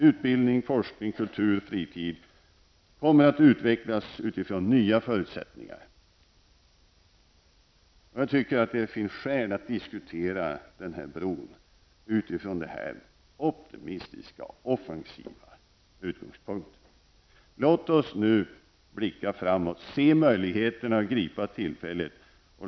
Utbildning, forskning, kultur och fritid kommer att utvecklas utifrån nya förutsättningar. Jag tycker att det finns skäl att diskutera denna bro utifrån den här optimistiska offensiva utgångspunkten. Låt oss blicka framåt, se möjligheterna och gripa tillfället.